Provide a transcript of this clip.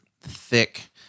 thick